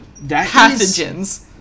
pathogens